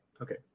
Okay